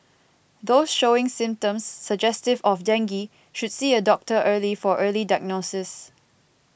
those showing symptoms suggestive of dengue should see a doctor early for early diagnosis